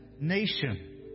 nation